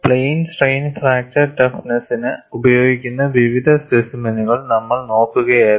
plain strain fracture ടഫ്നെസ്സിന് ഉപയോഗിക്കുന്ന വിവിധ സ്പെസിമെനുകൾ നമ്മൾ നോക്കുകയായിരുന്നു